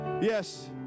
Yes